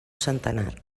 centenar